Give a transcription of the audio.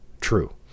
true